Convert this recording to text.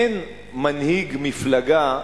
אין מנהיג מפלגה,